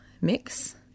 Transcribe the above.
mix